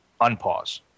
unpause